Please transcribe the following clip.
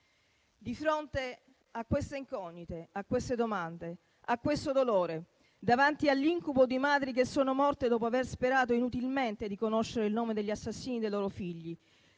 Di fronte a queste incognite, a queste domande e a questo dolore, davanti all'incubo di madri che sono morte dopo aver sperato inutilmente di conoscere il nome degli assassini dei loro figli,